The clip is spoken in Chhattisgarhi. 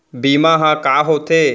बीमा ह का होथे?